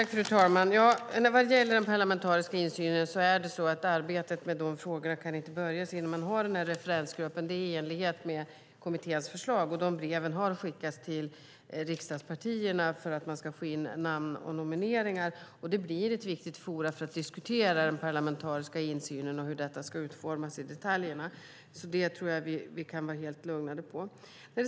Fru talman! När det gäller den parlamentariska insynen kan inte arbetet påbörjas förrän referensgruppen finns. Det är i enlighet med kommitténs förslag, och de breven har skickats till riksdagspartierna för att få in namn och nomineringar. Det blir ett viktigt forum för att diskutera den parlamentariska insynen och hur det hela ska utformas i detaljerna. Där tror jag att vi kan vara lugna.